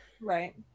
Right